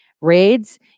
raids